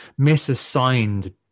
misassigned